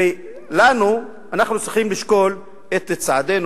ולנו, אנחנו צריכים לשקול את צעדינו.